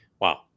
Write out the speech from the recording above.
Wow